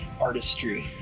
artistry